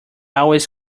always